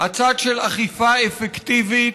אבל אני לא חושב שזה הפתרון,